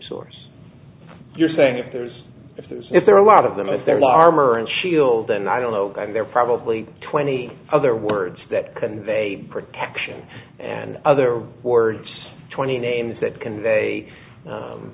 source you're saying if there's if there's if there are a lot of them in their armor and shield and i don't know they're probably twenty other words that convey protection and other words twenty names that convey